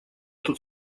тут